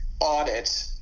audit